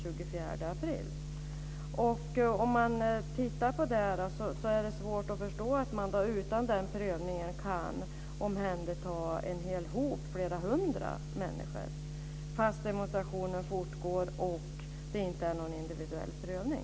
Utifrån detta är det svårt att förstå att man kan omhänderta en hel hop, flera hundra människor, fast demonstrationen fortgår och det inte sker någon individuell prövning.